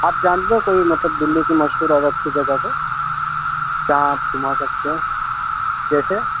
آپ جانتے ہیں کوئی مطلب دہلی کی مشہور اور اچھی جگہ کو جہاں آپ گھما سکتے ہو جیسے